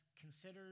consider